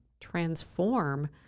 transform